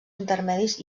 intermedis